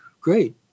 great